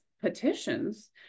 petitions